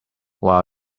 while